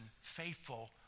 faithful